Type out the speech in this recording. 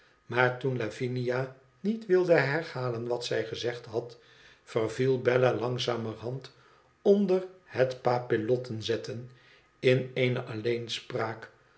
maar toen lavinia niet wilde herhalen wat zij gezegd had verviel bella langzamerhand onder het papillottenzetten m eene